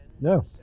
No